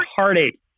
heartache